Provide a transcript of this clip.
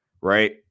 right